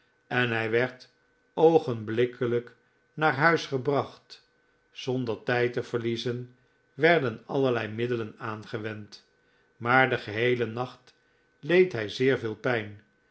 en hij werd oogenblikkelijk naar huis gebracht zonder tijd te verliezen werden allerlei middelen aangewend maar den geheelen nacht leed hij zeer veel pijn